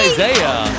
Isaiah